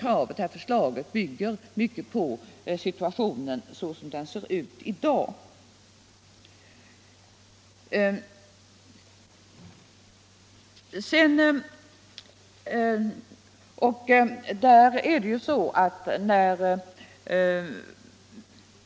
Detta förslag att barnen skall omfattas av försäkringen bygger mycket — gor på dagens situation.